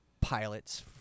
pilots